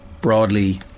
broadly